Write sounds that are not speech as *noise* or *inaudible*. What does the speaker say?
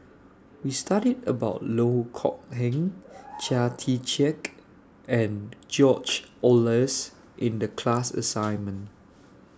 We studied about Loh Kok Heng *noise* Chia Tee Chiak and George Oehlers in The class assignment